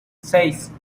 seis